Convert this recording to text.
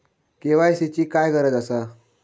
KYC ची काय गरज आसा?